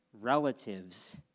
relatives